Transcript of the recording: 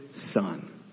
son